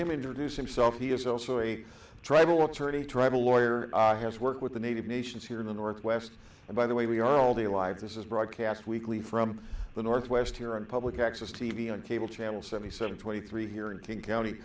him introduce himself he is also a tribal attorney tribal lawyer who has worked with the native nations here in the northwest and by the way we are all the lives this is broadcast weekly from the northwest here on public access t v and cable channel seventy seven twenty three here in king county